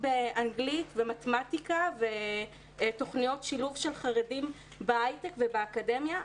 באנגלית ובמתמטיקה ותוכניות שילוב של חרדים בהייטק ובאקדמיה.